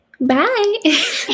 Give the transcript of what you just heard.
bye